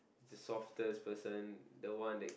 the softest person the one that